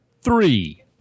three